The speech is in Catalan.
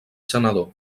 senador